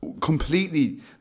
completely